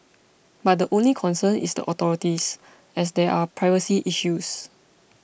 but the only concern is the authorities as there are privacy issues